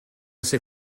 ser